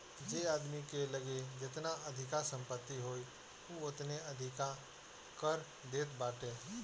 जे आदमी के लगे जेतना अधिका संपत्ति होई उ ओतने अधिका कर देत बाटे